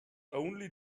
only